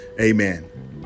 amen